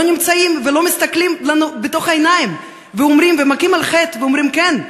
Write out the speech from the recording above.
לא נמצאים ולא מסתכלים לנו בעיניים ומכים על חטא ואומרים: כן,